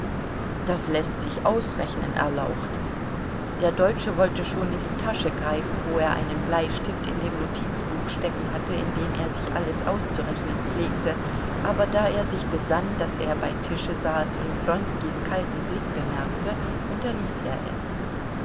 das läßt sich ausrechnen erlaucht der deutsche wollte schon in die tasche greifen wo er einen bleistift in dem notizbuch stecken hatte in dem er sich alles auszurechnen pflegte aber da er sich besann daß er bei tische saß und wronskis kalten blick bemerkte unterließ er es